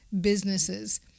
businesses